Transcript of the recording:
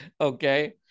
okay